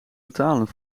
betalen